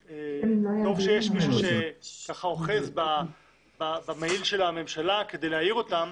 טוב שיש מישהו שאוחז במעיל הממשלה כדי להעיר אותם,